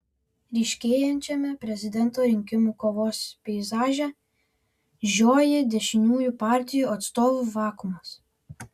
ryškėjančiame prezidento rinkimų kovos peizaže žioji dešiniųjų partijų atstovų vakuumas